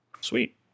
sweet